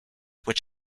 which